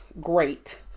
great